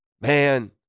Man